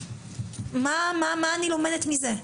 מה אני לומדת מזה?